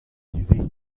ivez